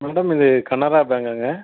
madam இது கனரா பேங்க்காங்க